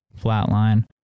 Flatline